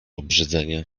obrzydzenie